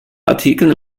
artikeln